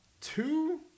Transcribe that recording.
Two